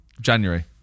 January